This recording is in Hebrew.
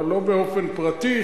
אבל לא באופן פרטי,